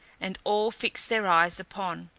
and all fixed their eyes upon.